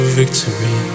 victory